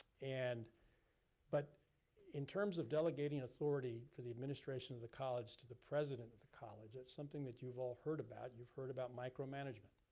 and but in terms of delegating authority for the administration of the college to the president of the college, that's something that you've all heard about. you've heard about micromanagement.